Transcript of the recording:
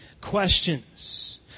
questions